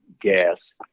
gas